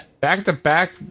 Back-to-back